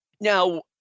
Now